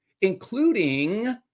including